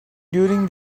during